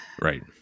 right